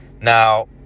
Now